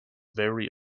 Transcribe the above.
very